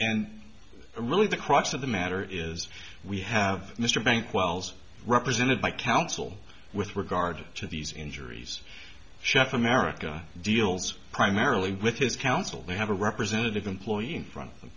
and really the crux of the matter is we have mr frank wells represented by counsel with regard to these injuries chef america deals primarily with his council they have a representative employee in front of them